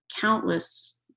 countless